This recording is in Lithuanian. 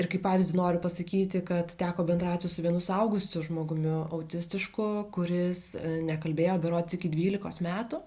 ir kaip pavyzdį noriu pasakyti kad teko bendrauti su vienu suaugusiu žmogumi autistišku kuris nekalbėjo berods iki dvylikos metų